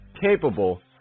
capable